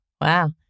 Wow